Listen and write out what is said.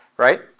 Right